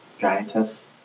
giantess